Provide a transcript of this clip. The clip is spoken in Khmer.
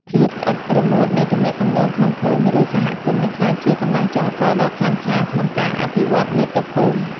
ភាពស្អិតរមួតនៃទំនាក់ទំនងក្នុងភូមិ ឬសហគមន៍នឹងក្លាយជាកម្លាំងចលករដ៏ខ្លាំងក្លាក្នុងការអភិវឌ្ឍន៍មាតុភូមិ។